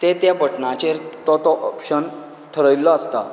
तें तें बटनांचेर तो तो ऑप्शन थारायिल्लो आसता